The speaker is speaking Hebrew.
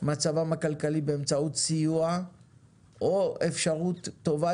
מצבם הכלכלי באמצעות סיוע או אפשרות טובה